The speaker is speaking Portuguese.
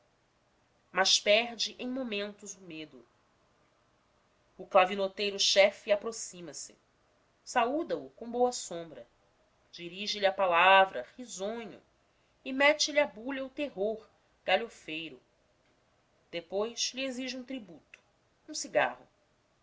mas perde em momentos o medo o clavinoteiro chefe aproxima-se saúda o com boa sombra dirige lhe a palavra risonho e mete lhe à bulha o terror galhofeiro depois lhe exige um tributo um cigarro